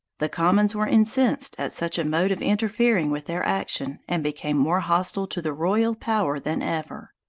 the commons were incensed at such a mode of interfering with their action, and became more hostile to the royal power than ever.